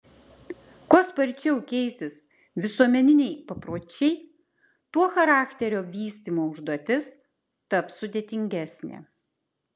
kuo sparčiau keisis visuomeniniai papročiai tuo charakterio vystymo užduotis taps sudėtingesnė